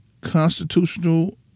constitutional